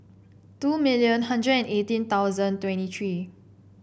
two million a hundred and eighteen twenty three